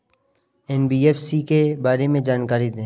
NBFC के बारे में जानकारी दें?